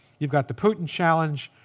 you've got the putin challenge.